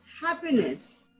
happiness